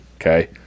Okay